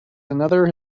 another